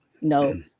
No